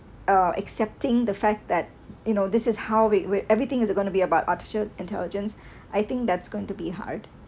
uh accepting the fact that you know this is how we we everything is to be about artificial intelligence I think that's going to be hard